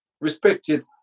respected